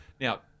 Now